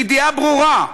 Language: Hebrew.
בידיעה ברורה,